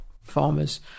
farmers